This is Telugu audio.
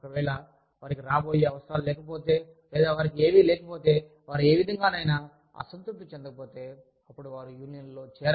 ఒకవేళ వారికి రాబోయే అవసరాలు లేకపోతే లేదా వారికి ఏవీ లేకపోతే వారు ఏ విధంగానైనా అసంతృప్తి చెందకపోతే అప్పుడు వారు వెళ్లి యూనియన్లో చేరరు